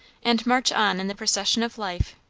and march on in the procession of life,